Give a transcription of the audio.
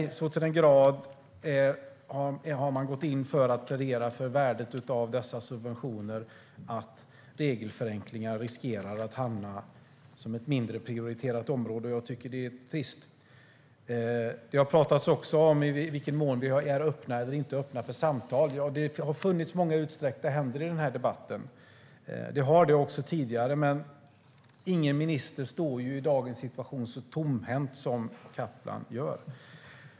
Man har så till den grad gått in för att plädera för värdet av dessa subventioner att regelförenklingar riskerar att hamna som ett mindre prioriterat område, vilket jag tycker är trist. Det har också talats om i vilken mån vi är öppna eller inte öppna för samtal. Det har funnits många utsträckta händer i denna debatt och även tidigare. Men ingen minister står i dagens situation så tomhänt som Kaplan gör.